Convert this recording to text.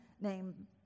named